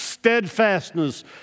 steadfastness